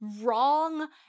wrong